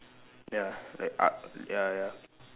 ya like uh ya ya